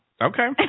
Okay